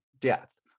death